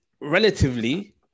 relatively